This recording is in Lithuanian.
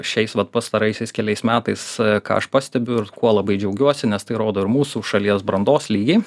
šiais vat pastaraisiais keliais metais ką aš pastebiu ir kuo labai džiaugiuosi nes tai rodo ir mūsų šalies brandos lygį